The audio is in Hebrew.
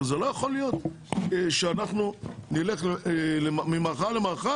הרי לא יכול להיות שאנחנו נלך ממערכה למערכה